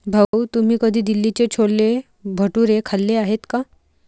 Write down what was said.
भाऊ, तुम्ही कधी दिल्लीचे छोले भटुरे खाल्ले आहेत का?